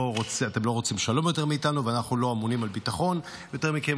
אתם לא רוצים שלום יותר מאיתנו ואנחנו לא אמונים על ביטחון יותר מכם,